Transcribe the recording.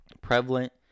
prevalent